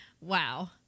wow